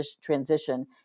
transition